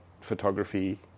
photography